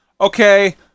okay